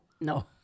No